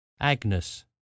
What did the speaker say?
Agnes